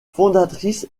fondatrice